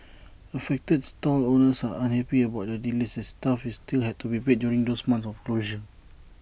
affected stall owners are unhappy about the delays as staff still had to be paid during those months of closure